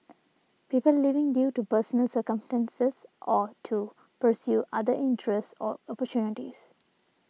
people leaving due to personal circumstances or to pursue other interests or opportunities